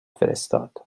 فرستاد